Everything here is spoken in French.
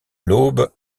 l’aube